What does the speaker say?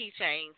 keychains